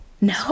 No